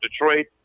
Detroit